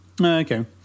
Okay